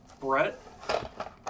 Brett